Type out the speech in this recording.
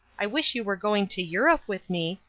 i wish you were going to europe with me,